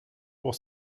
pour